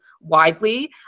widely